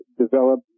develop